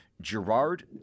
Gerard